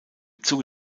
zuge